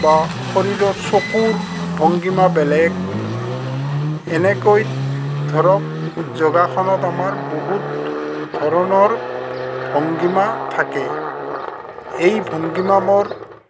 বা শৰীৰত চকুৰ ভংগীমা বেলেগ এনেকৈ ধৰক যোগাসনত আমাৰ বহুত ধৰণৰ ভংগীমা থাকে এই ভংগীমাবোৰ